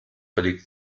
völlig